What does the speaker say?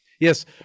Yes